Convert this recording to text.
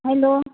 hello